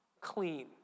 clean